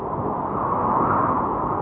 uh